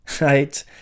right